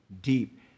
deep